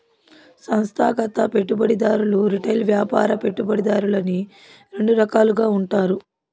సంస్థాగత పెట్టుబడిదారులు రిటైల్ వ్యాపార పెట్టుబడిదారులని రెండు రకాలుగా ఉంటారు